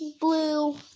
blue